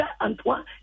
Antoine